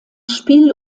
spiel